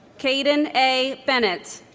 kaden a. bennett